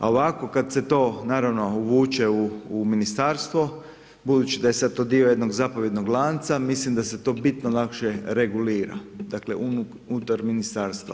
A ovako kada se to, naravno uvuče u ministarstvo, budući da je sada to dio jednog zapovjednog lanca, misli da se bitno lakše regulira, unutar ministarstva.